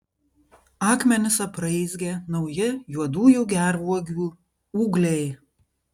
akmenis apraizgė nauji juodųjų gervuogių ūgliai